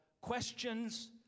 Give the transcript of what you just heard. Questions